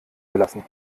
gelassen